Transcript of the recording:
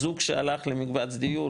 זוג שהלך למקבץ דיור,